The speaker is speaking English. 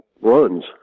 runs